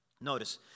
Notice